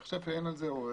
אני חושב שאין כל זה עוררין.